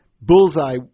bullseye